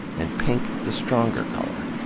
and pink the stronger color.